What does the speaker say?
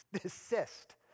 Desist